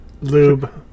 lube